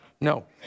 No